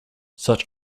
such